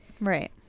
Right